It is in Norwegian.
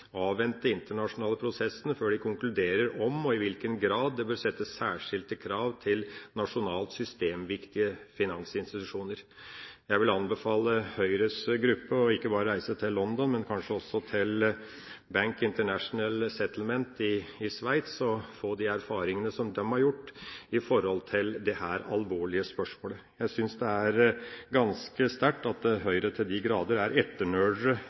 avvente de internasjonale prosessene før de konkluderer om og i hvilken grad det bør settes særskilte krav til nasjonalt systemviktige finansinstitusjoner. Jeg vil anbefale Høyres gruppe ikke bare å reise til London, men også til Bank for International Settlements i Sveits og få de erfaringene som de har gjort i dette alvorlige spørsmålet. Jeg synes det er ganske sterkt at Høyre til de grader er